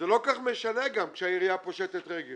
זה לא כל כך משנה, גם, כשהעיריה פושטת רגל.